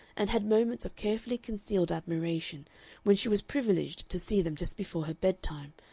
and had moments of carefully concealed admiration when she was privileged to see them just before her bedtime,